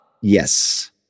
Yes